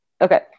Okay